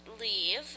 leave